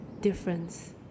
difference